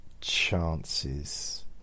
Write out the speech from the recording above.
chances